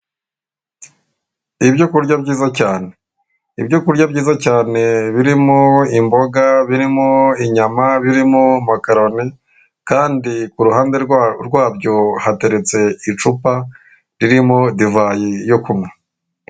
Ibyo kurya byiza cyane. Ibyo kurya byiza cyane, birimo imboga, birimo inyama, birimo makaroni, kandi ku ruhande rwabyo hateretse icupa ririmo divayi yo kunywa.